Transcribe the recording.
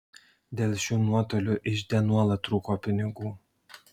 dėl šių nuotolių ižde nuolat trūko pinigų